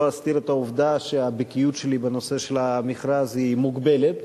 לא אסתיר את העובדה שהבקיאות שלי בנושא של המכרז היא מוגבלת.